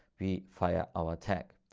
we fire our tag.